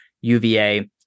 UVA